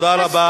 תודה רבה.